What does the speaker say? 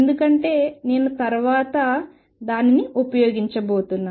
ఎందుకంటే నేను దానిని తర్వాత ఉపయోగించబోతున్నాను